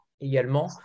également